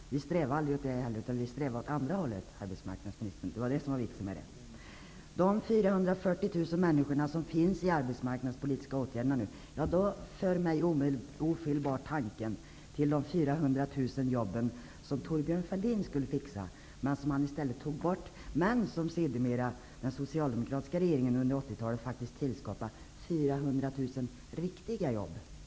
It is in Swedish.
Vi strävade åt andra hållet, arbetsmarknadsministern, och det var det som var vitsen. De 44000 människor som nu finns i arbetsmarknadspolitiska åtgärder leder mig ofelbart in på tanken på de 400 000 jobb som Thorbjörn Fälldin skulle fixa, men som han i stället tog bort. Sedermera tillskapade den socialdemokratiska regeringen under 80-talet 400 000 riktiga jobb.